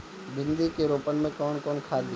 भिंदी के रोपन मे कौन खाद दियाला?